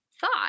thought